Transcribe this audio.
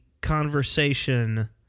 conversation